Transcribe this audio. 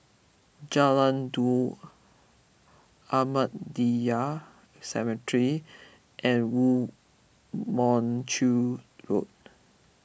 Jalan Daud Ahmadiyya Cemetery and Woo Mon Chew Road